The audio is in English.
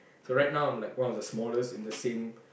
so right now I'm like one of the smallest in the same